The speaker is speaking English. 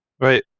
Right